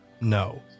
No